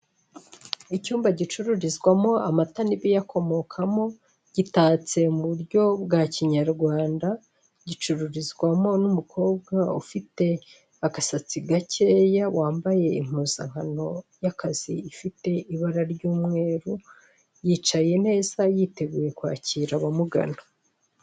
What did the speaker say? Icyumba gicururizwamo amata n'ibiyakomokamo, gitatse mu buryo bwa kinyarwanda, gicururizwamo n'umukobwa ufite agasatsi gakeya, ambaye impuzankano y'akazi, ifite ibara ry'umweru, yicaye neza, yiteguye kwakira abamugana.